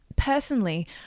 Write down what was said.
Personally